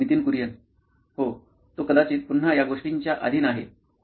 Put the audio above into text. Nitin Kurian COO nine electronics हो तो कदाचित पुन्हा या गोष्टींच्या अधीन आहे होय